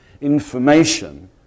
Information